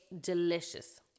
delicious